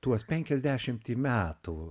tuos penkiasdešimtį metų